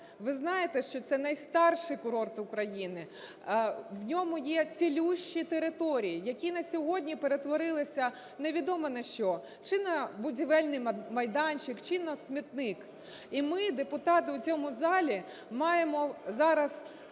Ви знаєте, що це найстарший курорт в Україні. В ньому є цілющі території, які на сьогодні перетворилися невідомо на що, чи на будівельний майданчик, чи на смітник. І ми, депутати, у цьому залі маємо зараз